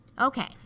Okay